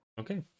Okay